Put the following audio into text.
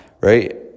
Right